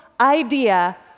idea